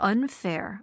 Unfair